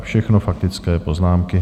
Všechno faktické poznámky.